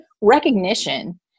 recognition